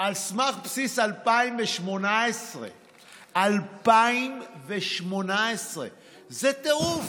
על בסיס 2018. 2018. זה טירוף.